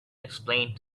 explained